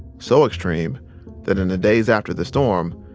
so extreme that in the days after the storm,